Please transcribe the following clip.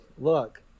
look